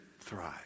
thrive